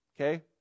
okay